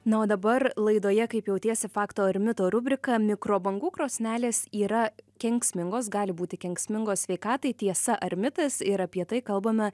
na o dabar laidoje kaip jautiesi fakto ir mito rubrika mikrobangų krosnelės yra kenksmingos gali būti kenksmingos sveikatai tiesa ar mitas yra apie tai kalbame